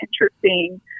interesting